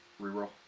Reroll